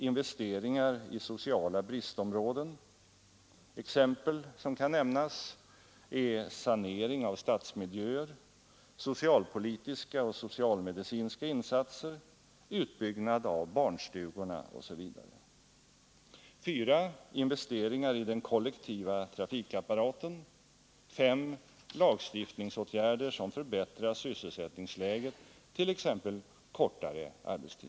Investeringar i sociala bristområden — exempel som kan nämnas är sanering av stadsmiljöer, socialpolitiska och socialmedicinska insatser, utbyggnad av barnstugorna.